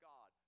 God